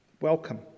welcome